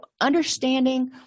understanding